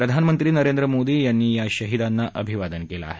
प्रधानमंत्री नरेंद्र मोदी यांनी या शहिदांना अभिवादन केलं आहे